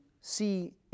see